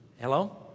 Hello